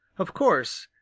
of course,